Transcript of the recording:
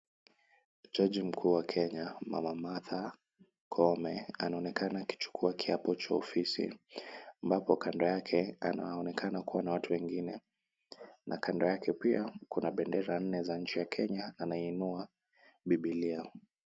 Jaji mkuu wa Kenya Mama Martha Koome anaonekana akichukua kiapo cha ofisi, ambapo kando yake anaonekana kuwa na watu wengine na kando yake pia kuna bendera nne za nchi ya Kenya anainua biblia.